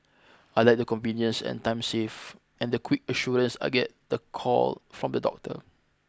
I like the convenience and time save and the quick assurance I get the call from the doctor